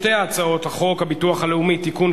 שתי הצעות חוק הביטוח הלאומי (תיקון,